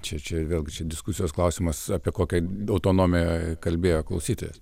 čia čia vėlgi diskusijos klausimas apie kokią autonomiją kalbėjo klausytojas